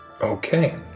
Okay